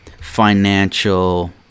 financial